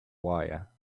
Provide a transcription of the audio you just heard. wire